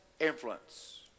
influence